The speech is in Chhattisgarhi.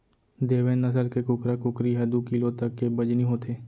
देवेन्द नसल के कुकरा कुकरी ह दू किलो तक के बजनी होथे